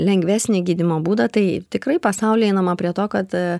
lengvesnį gydymo būdą tai tikrai pasaulyje einama prie to kad